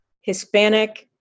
Hispanic